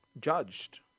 judged